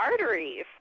arteries